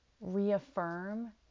reaffirm